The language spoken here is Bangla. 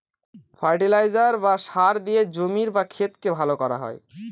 ফার্টিলাইজার বা সার দিয়ে জমির বা ক্ষেতকে ভালো করা হয়